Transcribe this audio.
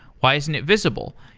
why isn't it visible?